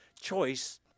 choice